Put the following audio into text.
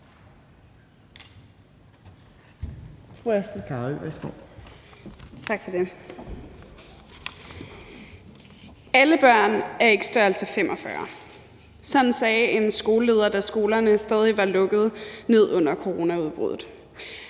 Alle børn er ikke størrelse 45. Sådan sagde en skoleleder, da skolerne stadig var lukket ned under coronaudbruddet.